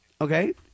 Okay